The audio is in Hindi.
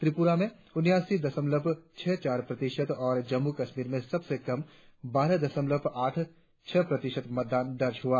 त्रिपुरा में उन्यासी दशमलव छह चार प्रतिशत और जम्मू कश्मीर में सबसे कम बारह दशमलव आठ छह प्रतिशत मतदान दर्ज हुआ